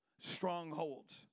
strongholds